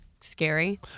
scary